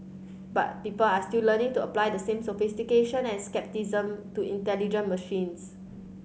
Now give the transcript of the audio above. but people are still learning to apply the same sophistication and scepticism to intelligent machines